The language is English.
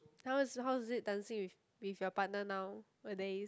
how is how is it dancing with with your partner now a days